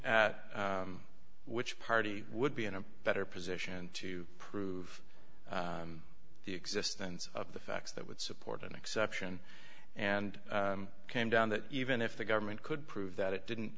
at which party would be in a better position to prove the existence of the facts that would support an exception and came down that even if the government could prove that it didn't